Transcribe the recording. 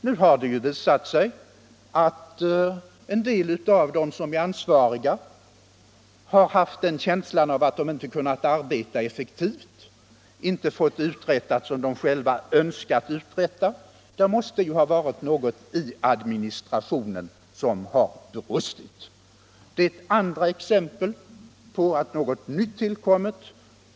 Nu har det visat sig att en del av de ansvariga har haft känslan att de inte kunnat arbeta effektivt och inte fått sådant uträttat som de själva önskat uträtta. Det måste ha varit något i administrationen som brustit. Det är ett andra exempel på att något nytt tillkommit.